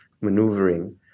maneuvering